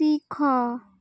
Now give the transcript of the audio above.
ଶିଖ